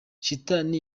shitani